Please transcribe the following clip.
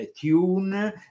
Tune